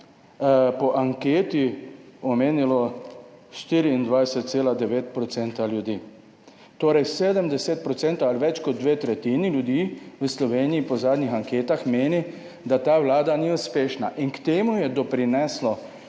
po anketi omenilo 24,9 % ljudi. Torej 70 % ali več kot dve tretjini ljudi v Sloveniji po zadnjih anketah meni, da ta Vlada ni uspešna in k temu je doprineslo